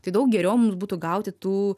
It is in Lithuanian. tai daug geriau mums būtų gauti tų